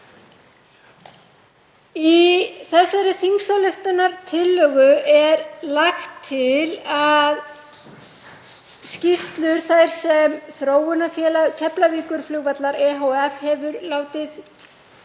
Í þessari þingsályktunartillögu er lagt til að skýrslur þær sem Þróunarfélag Keflavíkurflugvallar ehf. hefur látið